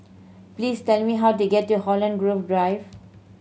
please tell me how to get to Holland Grove Drive